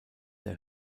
der